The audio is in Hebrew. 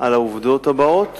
על העובדות הבאות